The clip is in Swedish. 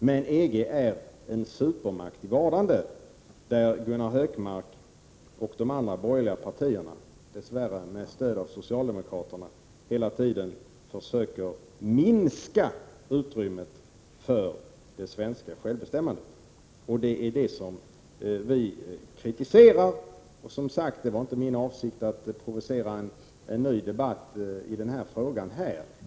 Men EG är en supermakt i vardande, där Gunnar Hökmark och de andra borgerliga partiernas företrädare, dess värre med stöd av socialdemokraterna, hela tiden försöker minska utrymmet för det svenska självbestämmandet. Det är det som vi kritiserar. Det var som sagt inte min avsikt att här provocera en ny debatt i denna fråga.